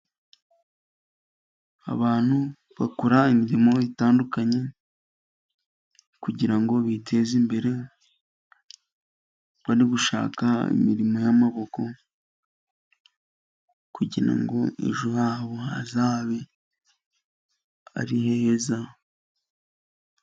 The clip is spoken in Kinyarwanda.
Abantu bakora imirimo itandukanye, kugira ngo biteze imbere, bari gushaka imirimo y'amaboko, kugira ngo ejo habo hazabe ari heza.